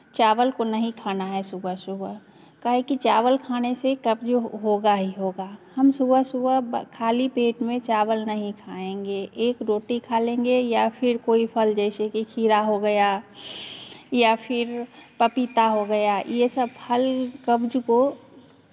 चावल को नहीं खाना है सुबह सुबह काहे कि चावल खाने से कब्ज़ होगा ही होगा हम सुबह सुबह खाली पेट में चावल नहीं खाएंगे एक रोटी खा लेंगे या फिर कोई फल जैसे कि खीरा हो गया या फिर पपीता हो गया ये सब फल कब्ज़ को